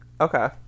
Okay